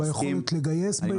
ביכולת לגייס.